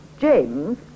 James